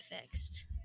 fixed